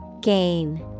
Gain